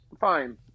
fine